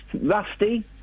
Rusty